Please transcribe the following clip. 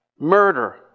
murder